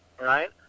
Right